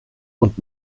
und